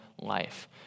life